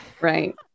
Right